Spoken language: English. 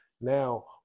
now